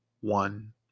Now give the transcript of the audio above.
one